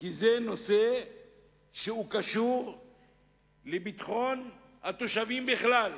כי זה נושא שקשור לביטחון התושבים בכלל.